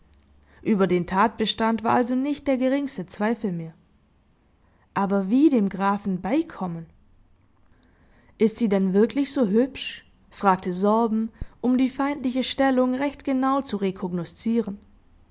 über den tatbestand war also nicht der geringste zweifel mehr aber wie dem grafen beikommen ist sie denn wirklich so hübsch fragte sorben um die feindliche stellung recht genau zu